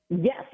Yes